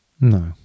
No